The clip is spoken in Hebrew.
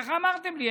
ככה אמרתם לי,